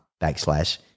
backslash